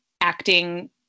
acting